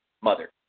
mother